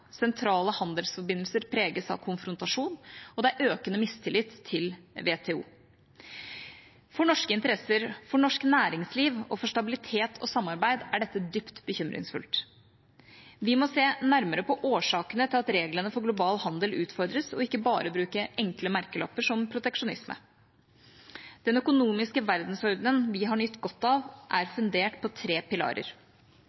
sentrale handelsforbindelser preges av konfrontasjon, og det er økende mistillit til WTO. For norske interesser, for norsk næringsliv og for stabilitet og samarbeid er dette dypt bekymringsfullt. Vi må se nærmere på årsakene til at reglene for global handel utfordres, og ikke bare bruke enkle merkelapper som «proteksjonisme». Den økonomiske verdensordenen vi har nytt godt av, er